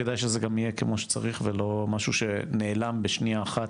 כדי שזה גם יהיה כמו שצריך ולא משהו שנעלם בשנייה אחת,